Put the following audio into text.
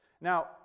Now